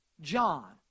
John